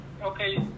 okay